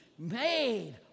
Made